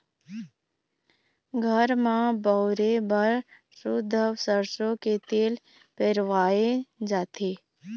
घर म बउरे बर सुद्ध सरसो के तेल पेरवाए जाथे